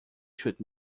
shoot